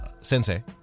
Sensei